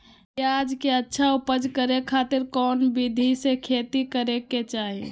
प्याज के अच्छा उपज करे खातिर कौन विधि से खेती करे के चाही?